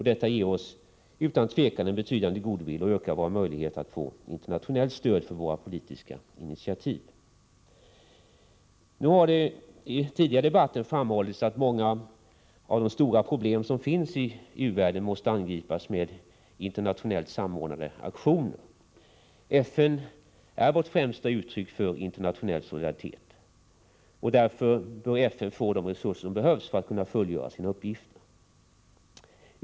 Detta ger oss utan tvivel en betydande goodwill och ökar våra möjligheter att få internationellt stöd för våra politiska initiativ. Det har tidigare i debatten framhållits att många av de stora problem som finns i u-världen måste angripas med internationellt samordnade aktioner. FN är vårt främsta uttryck för internationell solidaritet. Därför bör FN få de resurser som behövs för att kunna fullgöra sina uppgifter.